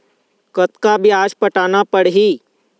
कतका ब्याज पटाना पड़ही?